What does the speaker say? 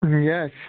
Yes